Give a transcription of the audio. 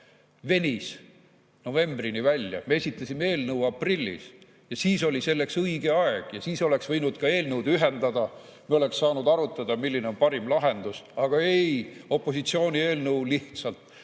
venis, novembrini välja. Me esitasime eelnõu aprillis. Siis oli selleks õige aeg ja siis oleks võinud eelnõud ühendada, me oleks saanud arutada, milline on parim lahendus. Aga ei, opositsiooni eelnõu lihtsalt